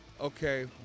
okay